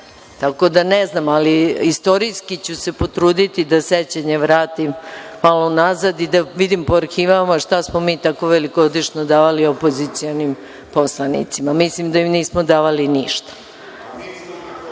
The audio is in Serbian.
Tako da, ne znam, ali istorijski ću se potruditi da sećanje vratim malo nazad i da vidim po arhivama šta smo mi tako velikodušno davali opozicionim poslanicima. Mislim da im nismo davali ništa.